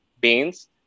beans